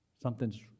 Something's